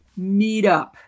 meetup